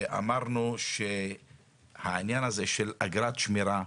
הקמת מוקד עירוני, סיירת שמסתובבת, שמירה